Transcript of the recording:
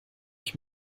ich